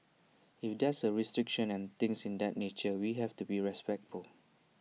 if there are restrictions and things in that nature we have to be respectful